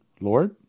Lord